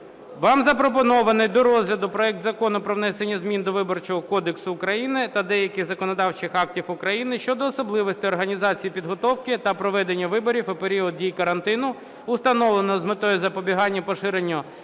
Вам запропонований до розгляду проект Закону про внесення змін до Виборчого кодексу України та деяких законодавчих актів України щодо особливостей організації підготовки та проведення виборів у період дії карантину, установленого з метою запобігання поширенню